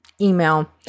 email